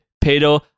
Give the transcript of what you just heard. Pedro